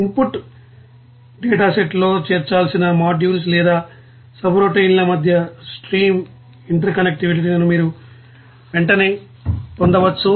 input డేటాసెట్లో చేర్చాల్సిన modules లేదా సబ్రౌటిన్ల మధ్య స్ట్రీమ్ ఇంటర్కనెక్షన్లను మీరు వెంటనే వ్రాయవచ్చు